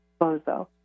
bozo